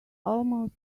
almost